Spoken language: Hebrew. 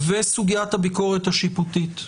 וסוגיית הביקורת השיפוטית.